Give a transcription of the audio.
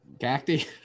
cacti